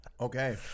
Okay